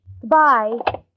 Goodbye